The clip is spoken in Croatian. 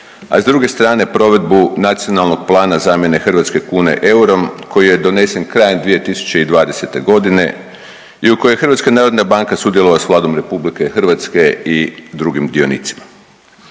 a s druge strane, provedbu Nacionalnog plana zamjene hrvatske kune eurom koji je donesen krajem 2020. g. i u koje je HNB sudjelovala s Vladom RH i drugim dionicima.